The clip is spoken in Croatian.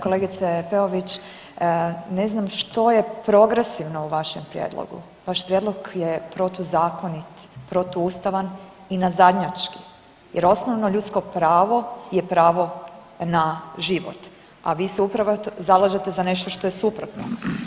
Kolegice Peović, ne znam što je progresivno u vašem prijedlogu, vaš prijedlog je protuzakonit, protuustavan i nazadnjački jer osnovno ljudsko pravo je pravo na život, a vi se upravo zalažete za nešto što je suprotno.